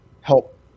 help